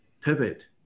Pivot